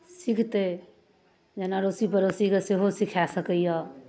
सिखतै जेना अड़ोसी पड़ोसीके सेहो सिखा सकैए